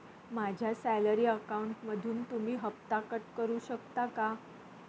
माझ्या सॅलरी अकाउंटमधून तुम्ही हफ्ता कट करू शकता का?